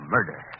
Murder